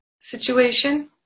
situation